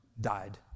died